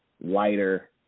lighter